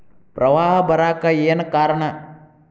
ಪ್ರವಾಹ ಬರಾಕ್ ಏನ್ ಕಾರಣ?